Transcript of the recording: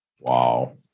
Wow